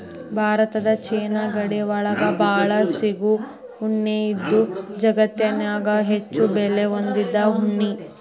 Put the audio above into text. Bharat China ಗಡಿ ಒಳಗ ಬಾಳ ಸಿಗು ಉಣ್ಣಿ ಇದು ಜಗತ್ತನ್ಯಾಗ ಹೆಚ್ಚು ಬೆಲೆ ಹೊಂದಿದ ಉಣ್ಣಿ